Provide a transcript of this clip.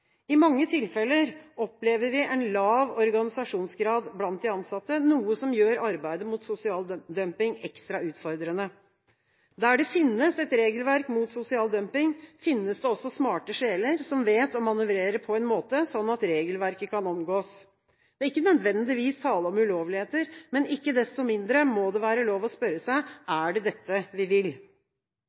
I mange tilfeller opplever vi en lav organisasjonsgrad blant de ansatte, noe som gjør arbeidet mot sosial dumping ekstra utfordrende. Der det finnes et regelverk mot sosial dumping, finnes det også smarte sjeler som vet å manøvrere på en slik måte at regelverket kan omgås. Det er ikke nødvendigvis tale om ulovligheter, men ikke desto mindre må det være lov å spørre seg: Er det dette vi vil?